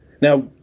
Now